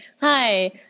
hi